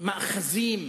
מאחזים